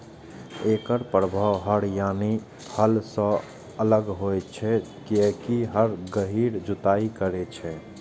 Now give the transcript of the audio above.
एकर प्रभाव हर यानी हल सं अलग होइ छै, कियैकि हर गहींर जुताइ करै छै